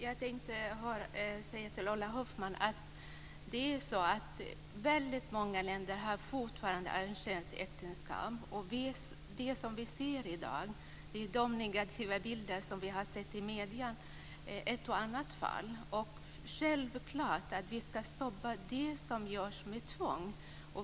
Fru talman! Väldigt många länder har fortfarande arrangerade äktenskap, Ulla Hoffmann. Det som vi ser i dag är de negativa bilderna av ett och annat fall som vi har sett i medierna. Det är självklart att vi ska stoppa det som görs med tvång.